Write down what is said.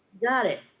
got it,